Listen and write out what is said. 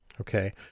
okay